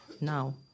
now